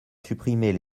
supprimer